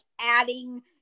adding